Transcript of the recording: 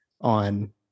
on